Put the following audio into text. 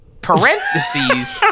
parentheses